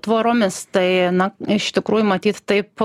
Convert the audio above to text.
tvoromis tai na iš tikrųjų matyt taip